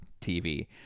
TV